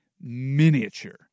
miniature